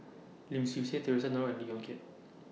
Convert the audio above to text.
Lim Swee Say Theresa Noronha and Lee Yong Kiat